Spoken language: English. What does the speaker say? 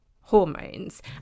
hormones